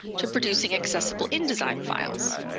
to producing accessible indesign files.